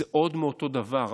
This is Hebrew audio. זה עוד מאותו דבר.